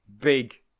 big